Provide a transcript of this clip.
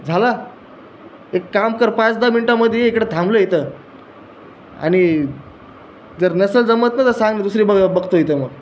झाला एक काम कर पाच दहा मिनिटांमध्ये ये इकडं थांबलो इथं आणि जर नसेल जमत तर सांग दुसरी बघ बघतो इथे मग